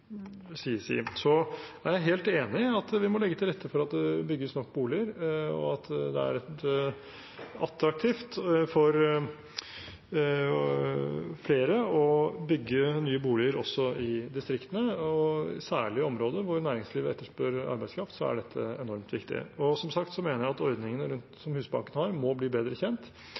Så er jeg helt enig i at vi må legge til rette for at det bygges nok boliger, og at det er attraktivt for flere å bygge nye boliger også i distriktene. Særlig i områder hvor næringslivet etterspør arbeidskraft, er dette enormt viktig. Som sagt mener jeg at ordningene som Husbanken har, må bli bedre kjent.